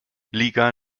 liga